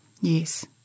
Yes